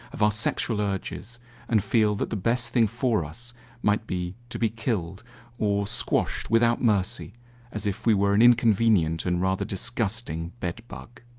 of our sexual urges and feel that the best thing for us might be to be killed or squashed without mercy as if we were an inconvenient and rather disgusting bed bug.